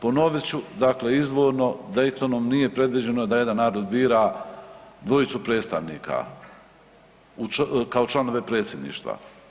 Ponovit ću, dakle izvorno Daytonom nije predviđeno da jedan narod bira dvojicu predstavnika kao članove Predsjedništva.